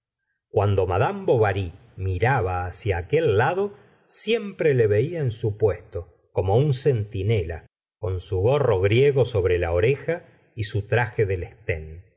cuando madame bovary miraba hacia aquel lado siempre le veía en su puesto como un centinela con su gorro griego sobre la oreja y su traje de lesten